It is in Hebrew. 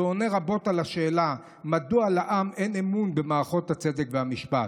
זה אומר רבות על השאלה מדוע לעם אין אמון במערכות הצדק והמשפט.